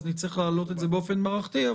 נצטרך להעלות את זה באופן מערכתי.